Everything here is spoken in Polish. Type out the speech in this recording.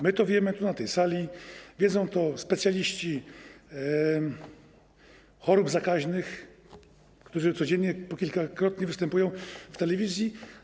My to wiemy tu, na tej sali, wiedzą to specjaliści chorób zakaźnych, którzy codziennie po kilkakrotnie występują w telewizji.